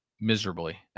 miserably